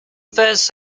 first